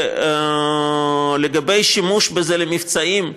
לגבי שימוש בזה למבצעים,